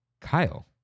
kyle